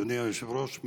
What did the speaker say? אדוני היושב-ראש,